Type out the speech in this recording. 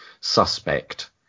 suspect